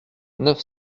neuf